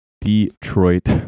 Detroit